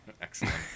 excellent